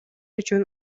үчүн